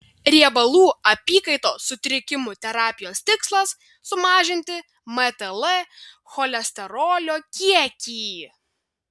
riebalų apykaitos sutrikimų terapijos tikslas sumažinti mtl cholesterolio kiekį